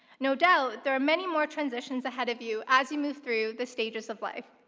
no doubt there are many more transitions ahead of you as you move through the stages of life.